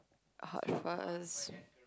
hard fast